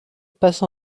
passe